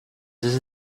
his